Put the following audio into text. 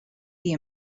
the